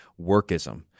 workism